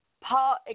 Paul